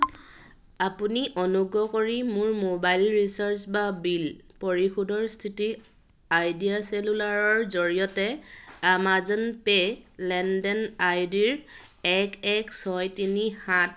আপুনি অনুগ্ৰহ কৰি মোৰ মোবাইল ৰিচাৰ্জ বা বিল পৰিশোধৰ স্থিতি আইডিয়া চেলুলাৰৰ জৰিয়তে আমাজন পে' লেনদেন আইডি এক এক ছয় তিনি সাত